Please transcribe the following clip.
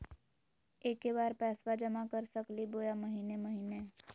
एके बार पैस्बा जमा कर सकली बोया महीने महीने?